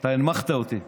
אתה הנמכת אותי.